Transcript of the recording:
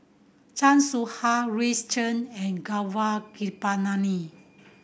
Chan Soh Ha Chen and Gaurav Kripalani